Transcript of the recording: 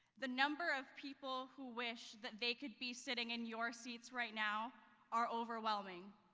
the number of people who wish that they could be sitting in your seats right now are overwhelm i mean